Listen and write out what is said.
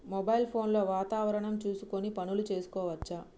Mobile phone లో వాతావరణం చూసుకొని పనులు చేసుకోవచ్చా?